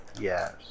Yes